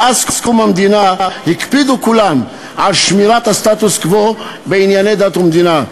מאז קום המדינה הקפידו כולם על שמירת הסטטוס-קוו בענייני דת ומדינה.